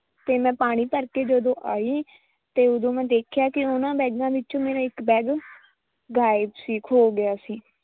ਅਤੇ ਮੈਂ ਪਾਣੀ ਭਰ ਕੇ ਜਦੋਂ ਆਈ ਅਤੇ ਉਦੋਂ ਮੈਂ ਦੇਖਿਆ ਕੀ ਉਹ ਨਾ ਬੈਗਾਂ ਵਿੱਚੋਂ ਮੇਰਾ ਇੱਕ ਬੈਗ ਗਾਇਬ ਸੀ ਖੋ ਗਿਆ ਸੀ